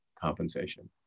compensation